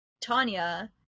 Tanya